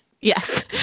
Yes